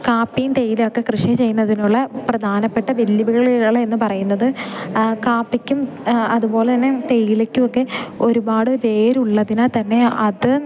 കാപ്പിയും തേയിലയുമൊക്കെ കൃഷി ചെയ്യുന്നതിനുള്ള പ്രധാനപ്പെട്ട വെല്ലുവിളികളെന്ന് പറയുന്നത് കാപ്പിക്കും അതുപോലെ തന്നെ തേയിലക്കൊക്കെ ഒരുപാട് വേരുള്ളതിനാൽ തന്നെ അത്